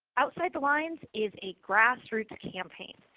outside the lines is a grass roots campaign.